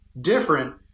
different